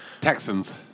Texans